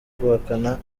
guhakana